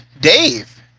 Dave